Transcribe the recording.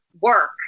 work